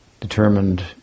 determined